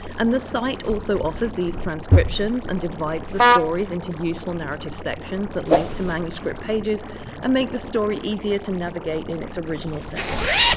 and the site also offers these transcriptions and divides the stories into useful narrative sections that link to manuscript pages and make the story easier to navigate in its original settings.